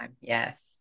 Yes